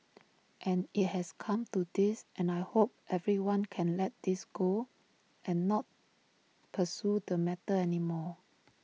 and IT has come to this and I hope everyone can let this go and not pursue the matter anymore